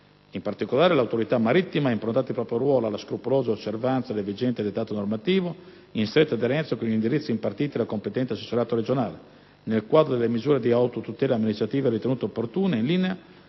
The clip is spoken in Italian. In particolare, l'autorità marittima ha improntato il proprio ruolo alla scrupolosa osservanza del vigente dettato normativo, in stretta aderenza con gli indirizzi impartiti dal competente assessorato regionale, nel quadro delle misure di autotutela amministrativa ritenute opportune ed in linea